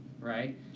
right